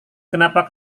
kenapa